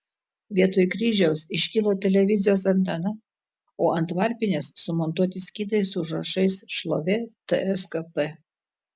vietoj kryžiaus iškilo televizijos antena o ant varpinės sumontuoti skydai su užrašais šlovė tskp